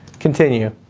continue.